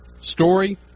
story